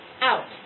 out